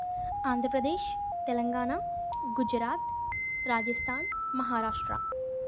Andhra Pradesh Telangana Gujarat Rajasthan Maharashtra